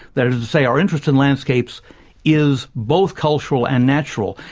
that is to say, our interest in landscapes is both cultural and natural,